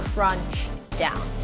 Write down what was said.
crunch down.